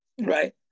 Right